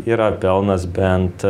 yra pelnas bent